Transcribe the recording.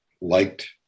liked